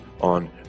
on